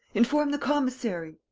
inform the commissary!